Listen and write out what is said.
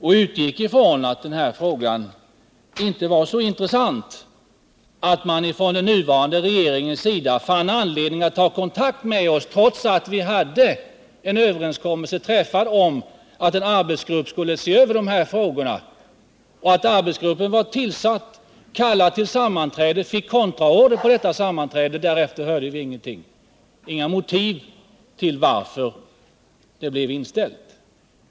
Vi utgick från att frågan inte var så intressant att den nuvarande regeringen fann anledning att ta kontakt med oss, trots att vi hade en överenskommelse om att en arbetsgrupp skulle se över dessa frågor. Arbetsgruppen var tillsatt och kallad till sammanträde men fick kontraorder om sammanträdet. Därefter hörde vi ingenting. Vi fick inga motiv till varför sammanträdet blev inställt.